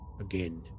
again